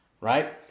right